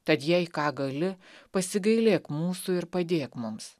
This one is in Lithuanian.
tad jei ką gali pasigailėk mūsų ir padėk mums